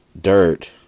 dirt